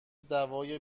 دوای